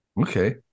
Okay